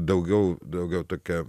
daugiau daugiau tokia